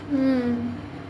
um